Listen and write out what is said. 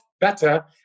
better